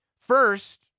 First